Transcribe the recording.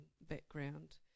background